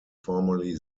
formerly